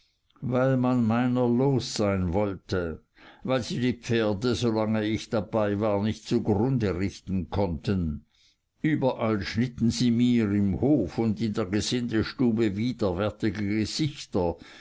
weil man meiner los sein wollte weil sie die pferde solange ich dabei war nicht zugrunde richten konnten überall schnitten sie mir im hofe und in der gesindestube widerwärtige gesichter